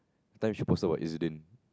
that time she posted about Ezlyn